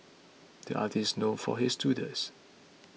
the artist is known for his doodles